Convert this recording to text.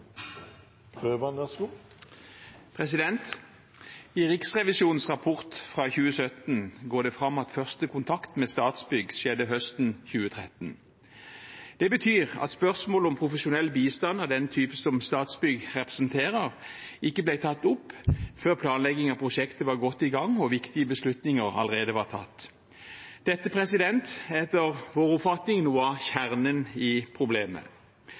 I Riksrevisjonens rapport fra 2017 går det fram at første kontakt med Statsbygg skjedde høsten 2013. Det betyr at spørsmål om profesjonell bistand av den type som Statsbygg representerer, ikke ble tatt opp før planlegging av prosjektet var godt i gang og viktige beslutninger allerede var tatt. Dette er, etter vår oppfatning, noe av kjernen i problemet.